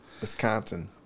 Wisconsin